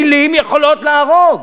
מלים יכולות להרוג.